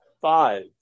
five